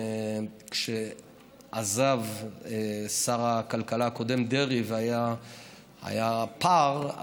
כשעזב שר הכלכלה הקודם דרעי והיה פער,